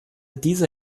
diese